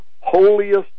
holiest